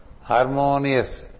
harmonious